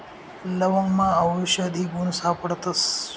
लवंगमा आवषधी गुण सापडतस